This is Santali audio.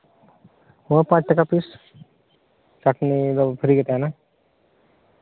ᱦᱮᱸ ᱯᱟᱸᱪ ᱴᱟᱠᱟ ᱯᱤᱥ ᱪᱟᱸᱴᱱᱤ ᱫᱚ ᱯᱷᱨᱤ ᱜᱮ ᱛᱟᱦᱮᱱᱟ